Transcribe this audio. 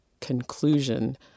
conclusion